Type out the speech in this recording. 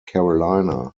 carolina